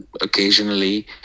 occasionally